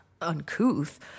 uncouth